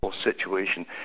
situation